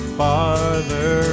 farther